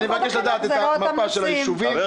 לפני כמה שנים קיצצו או ביקשו הלוואה